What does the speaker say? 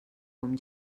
com